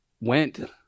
went